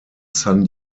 san